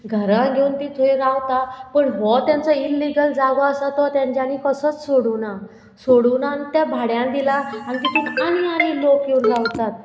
घरां घेवन ती थंय रावता पूण हो तेंचो इल्लिगल जागो आसा तो तेंच्यांनी कसोच सोडूना सोडूना त्या भाड्यान दिला आनी तूं आनी आनी लोक येवन रावतात